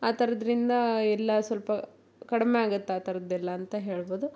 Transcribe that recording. ಆ ಥರದ್ರಿಂದ ಎಲ್ಲ ಸ್ವಲ್ಪ ಕಡಿಮೆ ಆಗುತ್ತೆ ಆ ಥರದ್ದೆಲ್ಲ ಅಂತ ಹೇಳ್ಬೋದು